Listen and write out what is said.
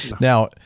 Now